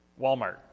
Walmart